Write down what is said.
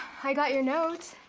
i got your note,